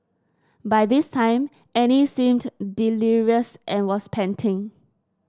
by this time Annie seemed delirious and was panting